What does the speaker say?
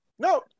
No